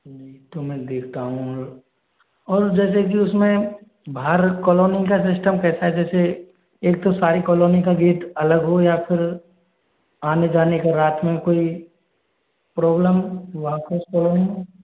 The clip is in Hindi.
जी तो मैं देखता हूँ और और जैसे कि उसमें बाहर काॅलोनी का सिस्टम कैसा है जैसे एक तो सारी काॅलोनी का गेट अलग हो या फिर आने जाने का रात में कोई प्रॉब्लम हुआ कुछ कॉलोनी